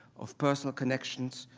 of personal connections,